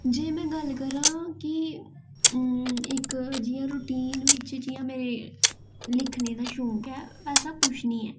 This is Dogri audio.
जे में गल्ल करां के इक जि'यां रोटीन बिच्च जि'यां मेरे लिखने दा शौंक ऐ वैसा कुछ निं ऐ